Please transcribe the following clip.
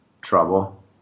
trouble